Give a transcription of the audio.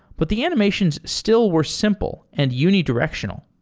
but the animations still were simple and unidirectional.